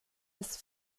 des